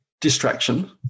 distraction